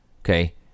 Okay